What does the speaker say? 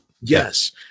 Yes